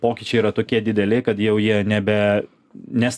pokyčiai yra tokie dideli kad jau jie nebe nes